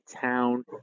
town